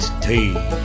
tea